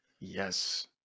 Yes